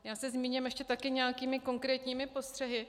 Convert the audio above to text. Já se zmíním ještě také nějakými konkrétními postřehy.